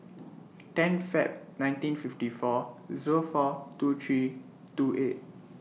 ten Feb nineteen fifty four Zero four two three two eight